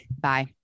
bye